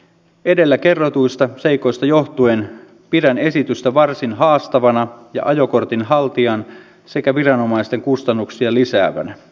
edellä kerrotuista seikoista johtuen pidän esitystä varsin haastavana ja ajokortin haltijan sekä viranomaisten kustannuksia lisäävänä